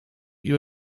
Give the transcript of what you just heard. you